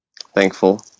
thankful